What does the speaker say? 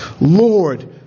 Lord